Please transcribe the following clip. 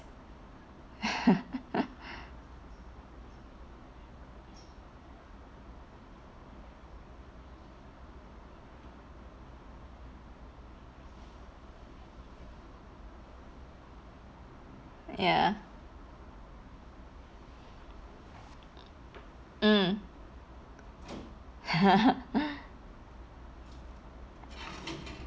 ya mm